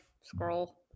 scroll